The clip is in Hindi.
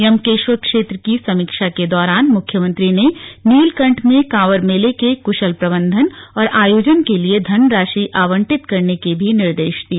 यमकेश्वर क्षेत्र की समीक्षा के दौरान मुख्यमंत्री ने नीलकंठ में कावंड़ मेले के कुशल प्रबंधन और आयोजन के लिए धनराशि आवंटित करने के भी निर्देश दिए